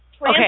Okay